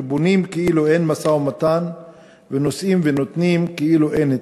שבונים כאילו אין משא-ומתן ונושאים ונותנים כאילו אין התנחלויות,